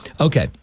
Okay